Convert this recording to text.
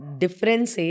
difference